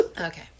Okay